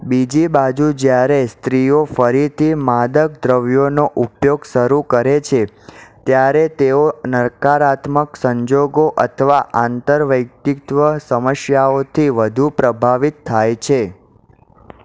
બીજી બાજુ જ્યારે સ્ત્રીઓ ફરીથી માદક દ્રવ્યોનો ઉપયોગ શરૂ કરે છે ત્યારે તેઓ નકારાત્મક સંજોગો અથવા આંતરવૈયક્તિત્વ સમસ્યાઓથી વધુ પ્રભાવિત થાય છે